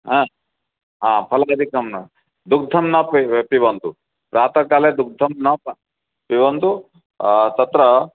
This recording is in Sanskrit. अ आ फल अधिकं न दुग्धं न पि पिबन्तु प्रातःकाले दुग्धं न पै पिबन्तु तत्र